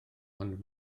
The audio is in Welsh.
ond